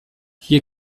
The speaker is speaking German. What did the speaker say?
hier